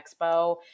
expo